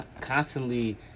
constantly